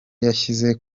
yashyize